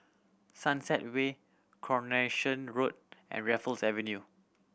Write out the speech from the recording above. Sunset Way Coronation Road and Raffles Avenue